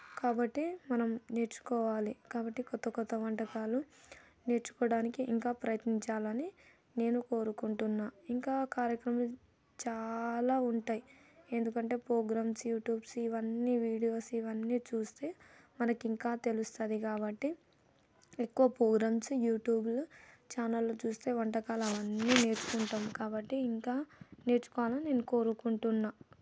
కాబట్టి మనం నేర్చుకోవాలి కాబట్టి కొత్త కొత్త వంటకాలు నేర్చుకోవడానికి ఇంకా ప్రయత్నించాలని నేను కోరుకుంటున్నాను ఇంకా కార్యక్రమం చాలా ఉంటాయి ఎందుకంటే ప్రోగ్రామ్స్ యూట్యూబ్స్ ఇవన్నీ వీడియోస్ ఇవన్నీ చూస్తే మనకు ఇంకా తెలుస్తది కాబట్టి ఎక్కువ ప్రోగ్రామ్స్ యూట్యూబ్లు ఛానల్లు చూస్తే వంటకాలు అవన్నీ నేర్చుకుంటాం కాబట్టి ఇంకా నేర్చుకోవాలని నేను కోరుకుంటున్నాను